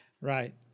Right